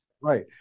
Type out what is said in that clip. right